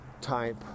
type